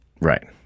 Right